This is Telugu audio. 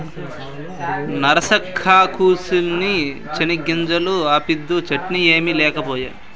నరసక్కా, కూసిన్ని చెనిగ్గింజలు అప్పిద్దూ, చట్నీ ఏమి లేకపాయే